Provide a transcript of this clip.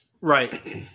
right